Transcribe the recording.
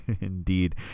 Indeed